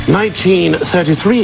1933